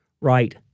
right